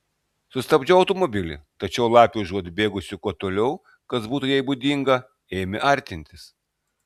sustabdžiau automobilį tačiau lapė užuot bėgusi kuo toliau kas būtų jai būdinga ėmė artintis